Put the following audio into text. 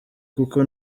kuko